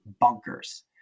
bunkers